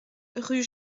rue